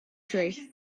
tree